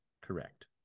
correct